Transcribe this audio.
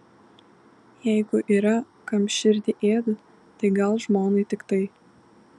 jeigu yra kam širdį ėdu tai gal žmonai tiktai